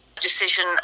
decision